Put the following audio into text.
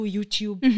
YouTube